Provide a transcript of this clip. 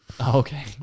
Okay